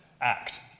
act